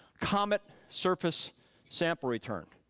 comet surface sample return,